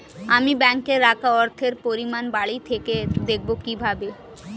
আমি ব্যাঙ্কে রাখা অর্থের পরিমাণ বাড়িতে থেকে দেখব কীভাবে?